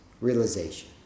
realization